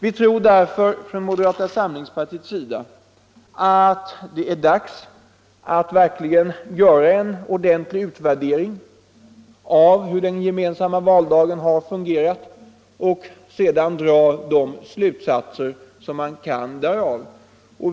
Vi tror därför från moderata samlingspartiets sida att det är dags att göra en ordentlig utvärdering av hur den gemensamma valdagen har fungerat och sedan dra slutsatserna av det.